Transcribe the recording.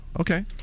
okay